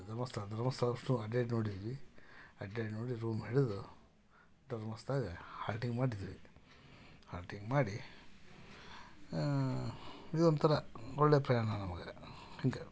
ಇದು ಧರ್ಮಸ್ಥಳ ಧರ್ಮಸ್ಥಳ ಅಷ್ಟೂ ಅಡ್ಡಾಡಿ ನೋಡಿದ್ವಿ ಅಡ್ಡಾಡಿ ನೋಡಿ ರೂಮ್ ಹಿಡಿದು ಧರ್ಮಸ್ಥಳದಾಗ ಹಾಲ್ಟಿಂಗ್ ಮಾಡಿದ್ವಿ ಹಾಲ್ಟಿಂಗ್ ಮಾಡಿ ಇದು ಒಂದು ಥರ ಒಳ್ಳೆ ಪ್ರಯಾಣ ನಮ್ಗೆ ಹಿಂಗೆ